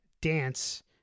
dance